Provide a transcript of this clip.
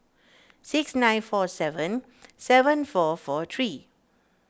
six nine four seven seven four four three